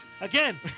Again